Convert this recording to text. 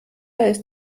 ist